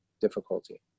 difficulty